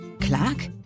Clark